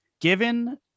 given